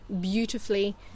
beautifully